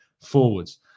forwards